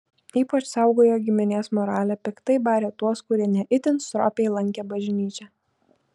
ypač saugojo giminės moralę piktai barė tuos kurie ne itin stropiai lankė bažnyčią